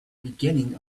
beginning